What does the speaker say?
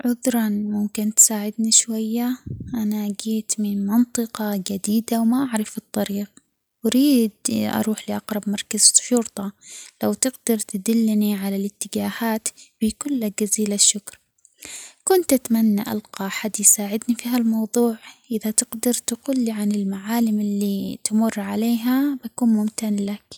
عذراً ممكن تساعدني شوية؟ أنا جيت من منطقة جديدة وما أعرف الطريق أريد أروح لأقرب مركز شرطة لو تقدر تدلني على الاتجاهات بيكون لك جزيل الشكر كنت أتمنى ألقى أحد يساعدني في هالموضوع إذا تقدر تقول لي عن المعالم اللي تمر عليها بكون ممتن لك.